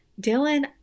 Dylan